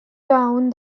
town